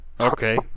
okay